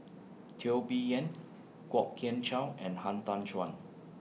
Teo Bee Yen Kwok Kian Chow and Han Tan Juan